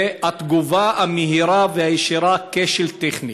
והתגובה המהירה והישירה: כשל טכני.